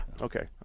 Okay